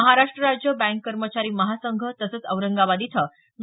महाराष्ट्र राज्य बँक कर्मचारी महासंघ तसंच औरंगाबाद इथं डॉ